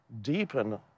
deepen